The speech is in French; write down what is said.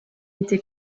été